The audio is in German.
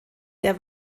der